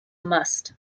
must